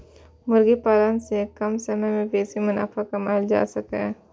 मुर्गी पालन सं कम समय मे बेसी मुनाफा कमाएल जा सकैए